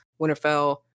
Winterfell